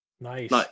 Nice